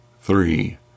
three